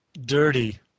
dirty